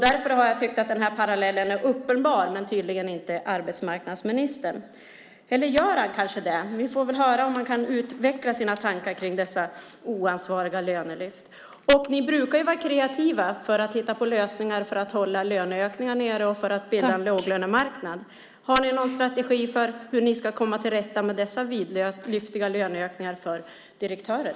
Därför har jag tyckt att den här parallellen är uppenbar, men det tycker tydligen inte arbetsmarknadsministern. Eller gör han kanske det? Vi får väl höra om han kan utveckla sina tankar omkring dessa oansvariga lönelyft. Ni brukar ju vara kreativa när det gäller att hitta på lösningar för att hålla löneökningar nere och för att bilda en låglönemarknad. Har ni någon strategi för hur ni ska komma till rätta med dessa vidlyftiga löneökningar för direktörer.